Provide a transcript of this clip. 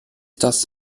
das